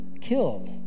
killed